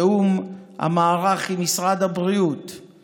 תיאום המערך עם משרד הבריאות,